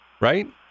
Right